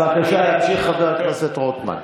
בבקשה, ימשיך חבר הכנסת רוטמן.